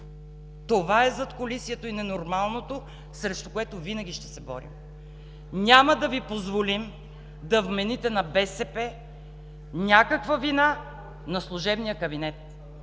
това е задкулисието и ненормалното, срещу което винаги ще се борим. Няма да позволим да вмените на БСП някаква вина на служебния кабинет,